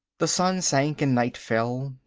the sun sank and night fell,